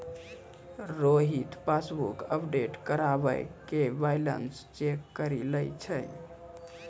Rohit passbook update करबाय के balance check करि लै छै